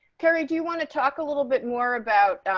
carrie, do you want to talk a little bit more about,